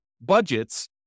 budgets